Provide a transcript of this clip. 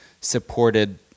supported